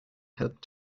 helped